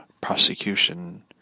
prosecution